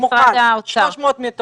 אני מודאג מההיסטריה שיש בשלטון.